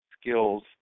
skills